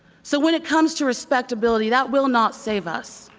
so when it comes to respectability, that will not save us.